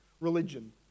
religion